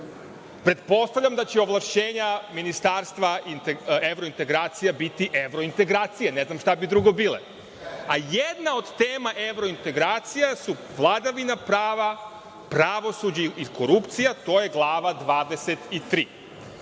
Pretpostavljam da će ovlašćenja ministarstva evrointegracija biti evrointegracije, ne znam šta bi drugo bile. Jedna od tema evrointegracija su vladavina prava, pravosuđe i korupcija, to je glava